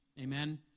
Amen